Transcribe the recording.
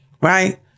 Right